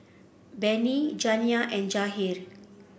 Bennie Janiah and Jahir